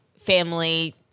family